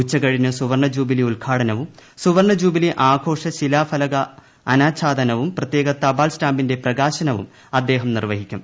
ഉച്ചകഴിഞ്ഞ് സുവർണ ജൂബിലി ഉദ്ഘാടനവും സുവർണ ജൂബിലി ആഘോഷ ശിലാഫലക അനാച്ഛാദനവും പ്രത്യേക തപാൽ സ്റ്റാംപിന്റെ പ്രകാശനവും അദ്ദേഹം നിർവഹിക്കും